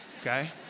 Okay